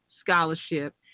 scholarship